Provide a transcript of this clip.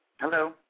Hello